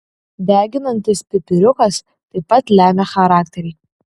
deginantis pipiriukas taip pat lemia charakterį